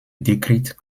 décrite